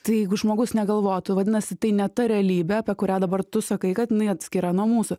tai jeigu žmogus negalvotų vadinasi tai ne ta realybė apie kurią dabar tu sakai kad jinai atskira nuo mūsų